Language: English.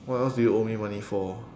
what else do you owe me money for